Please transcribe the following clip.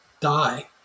die